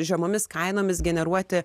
žemomis kainomis generuoti